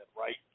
right